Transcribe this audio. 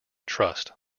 trust